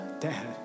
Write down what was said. Dad